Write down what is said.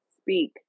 Speak